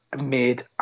made